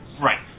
Right